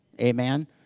Amen